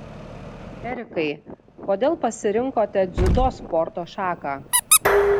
erikai kodėl pasirinkote dziudo sporto šaką